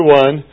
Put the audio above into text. one